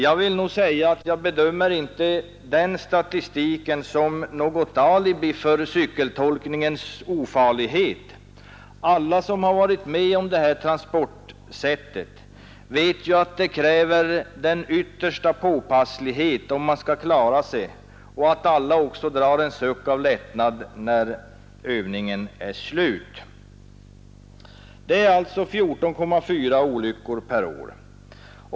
Jag vill nog säga att jag inte bedömer den statistiken som något alibi för cykeltolkningens ofarlighet. Var och en som har varit med om detta transportsätt vet ju att det krävs den yttersta påpasslighet, om man skall klara sig, och att alla drar en stor suck av lättnad när övningen är slut. Det inträffar alltså 14,4 olyckor per år.